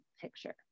picture